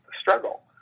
struggle